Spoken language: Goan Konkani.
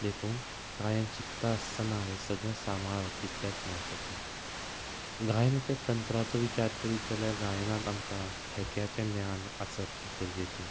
देखून गायन शिकता आसतना हे सगळें सांबाळप तितल्यात म्हत्वाचें गायनाचे तंत्राचो विचार करीत जाल्यार गायनांत आमकां ठेक्याचें ज्ञान आसप खूब गरजेचें